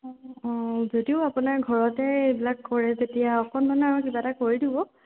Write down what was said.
অঁ যদিও আপোনাৰ ঘৰতে এইবিলাক কৰে তেতিয়া অকণমান আৰু কিবা এটা কৰি দিব